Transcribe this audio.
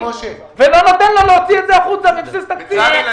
ולא נותן לו להוציא את זה החוצה מבסיס התקציב.